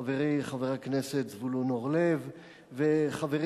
חברי חבר הכנסת זבולון אורלב וחברים